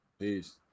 Peace